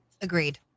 Agreed